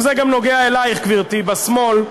וזה גם נוגע אלייך, גברתי בשמאל,